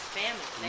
family